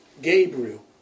Gabriel